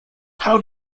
how